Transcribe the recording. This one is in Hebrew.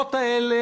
מהמדינות האלה,